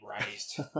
raised